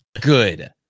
good